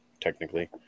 technically